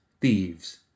thieves